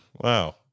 Wow